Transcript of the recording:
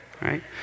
right